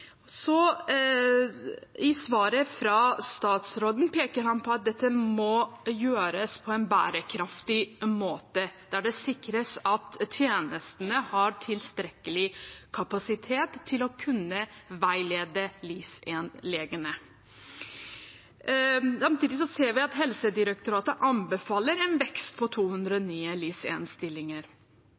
I svaret fra statsråden peker han på at dette må gjøres på en bærekraftig måte, der det sikres at tjenestene har tilstrekkelig kapasitet til å kunne veilede LIS1-legene. Samtidig ser vi at Helsedirektoratet anbefaler en vekst på